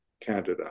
Canada